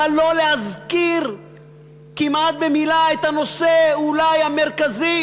אבל לא להזכיר כמעט במילה את הנושא אולי המרכזי